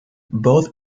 both